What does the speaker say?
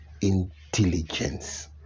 intelligence